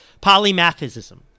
polymathism